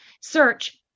Search